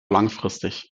langfristig